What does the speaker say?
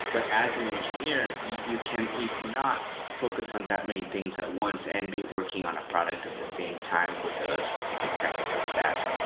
but as an engineer, you you cannot focus on that many things at once and be working on a product at the same time with the specific technical stack.